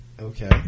Okay